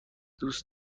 دوست